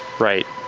right.